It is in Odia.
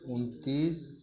ଅଣତିରିଶ